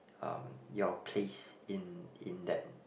um your place in in that